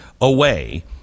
away